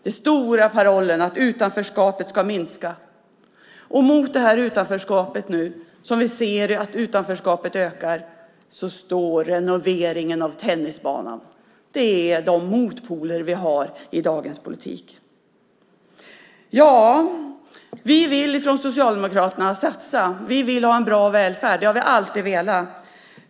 Den stora parollen var att utanförskapet skulle minska. Vi ser nu att utanförskapet ökar, och mot det här utanförskapet står renoveringen av tennisbanan. Det är de motpoler vi har i dagens politik. Vi från Socialdemokraterna vill satsa. Vi vill ha en bra välfärd. Det har vi alltid velat.